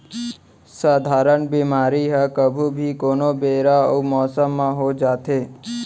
सधारन बेमारी ह कभू भी, कोनो बेरा अउ मौसम म हो जाथे